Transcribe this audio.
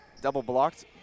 double-blocked